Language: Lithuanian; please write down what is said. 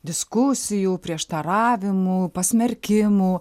diskusijų prieštaravimų pasmerkimų